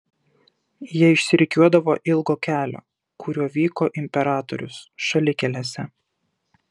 jie išsirikiuodavo ilgo kelio kuriuo vyko imperatorius šalikelėse